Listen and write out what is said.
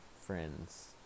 friends